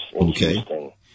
Okay